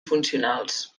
funcionals